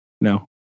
No